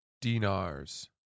dinars